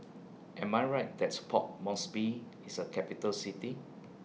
Am I Right that's Port Moresby IS A Capital City